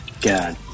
God